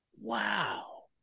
Wow